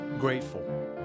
grateful